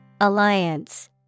Alliance